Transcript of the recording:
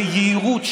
ביהירות,